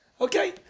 Okay